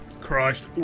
Christ